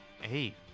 Hey